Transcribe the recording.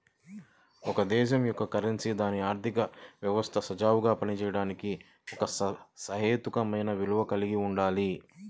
ఒక దేశం యొక్క కరెన్సీ దాని ఆర్థిక వ్యవస్థ సజావుగా పనిచేయడానికి ఒక సహేతుకమైన విలువను కలిగి ఉండాలి